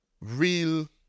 Real